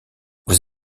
vous